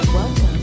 Welcome